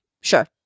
sure